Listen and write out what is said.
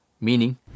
meaning